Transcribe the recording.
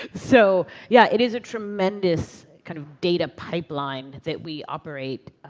so yeah it is a tremendous kind of data pipeline that we operate